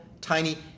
tiny